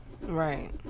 Right